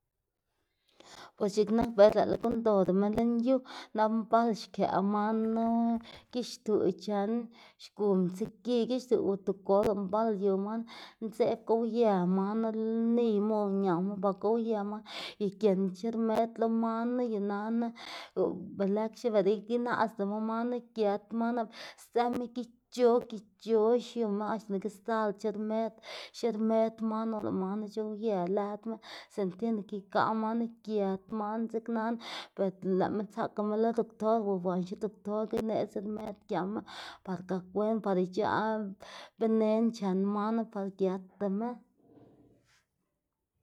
Bos x̱iꞌk nak bela guꞌnndodama lën yu nap mbal xkëꞌ manu gixtuꞌ chen xgu mtsiꞌgi gixtuꞌ o tigolba mbal yuma ndzeꞌb gowyë manu niyma o ñama ba gowyë man y giendc̲h̲e rmed lo manu y nana o be lëxe bela inaꞌsdama manu giët man y sdzëma gic̲h̲o gic̲h̲o xiuma axta nike sdzalc̲h̲e rmed xirmed man or lëꞌ man c̲h̲owyë lëdma sinda tiene que igaꞌ manu gët man dzeknana be lëꞌma tsakama lo doktor o wanxe doktorga ineꞌdz rmed giama par gak wen par ic̲h̲aꞌ benen chen manu par gëdtama.